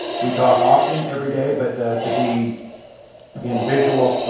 we talk often, every day, but to be in visual